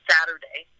Saturday